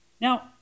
Now